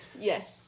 Yes